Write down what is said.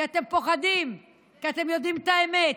כי אתם פוחדים, כי אתם יודעים את האמת.